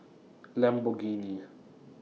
Lamborghini